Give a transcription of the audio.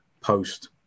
post